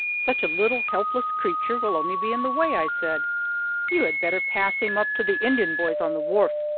such a little helpless creature will only be in the way, i said you had better pass him up to the indian boys on the wharf,